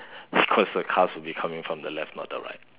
because the cars would be coming from the left not the right